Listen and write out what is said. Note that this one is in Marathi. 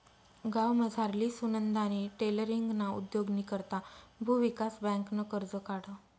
गावमझारली सुनंदानी टेलरींगना उद्योगनी करता भुविकास बँकनं कर्ज काढं